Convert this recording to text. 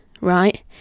right